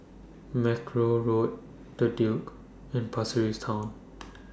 Mackerrow Road The Duke and Pasir Ris Town